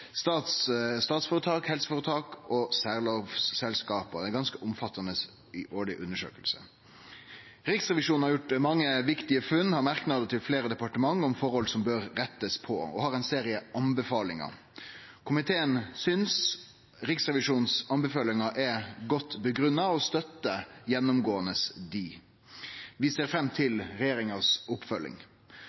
allmennaksjeselskap, statsføretak, helseføretak og særlovsselskap – ei ganske omfattande årleg undersøking. Riksrevisjonen har gjort mange viktige funn, har merknader til fleire departement om forhold som bør rettast på, og har ein serie anbefalingar. Komiteen synest Riksrevisjonens anbefalingar er godt grunngitt, og støttar gjennomgåande desse. Vi ser fram til